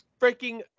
freaking